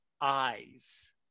Eyes